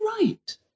right